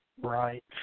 Right